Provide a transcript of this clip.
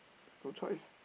no choice